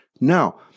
Now